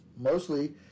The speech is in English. mostly